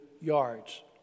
yards